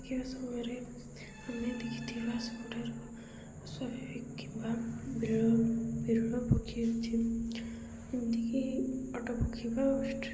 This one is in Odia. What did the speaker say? ଦେଖିବା ସମୟରେ ଆମେ ଦେଖିଥିବା ସବୁଠାରୁ ସ୍ଵାଭାବିକ କିମ୍ବା ବିରଳ ପକ୍ଷୀ ଅଛି ଯେମିତିକି ଓଟ ପକ୍ଷୀ ବା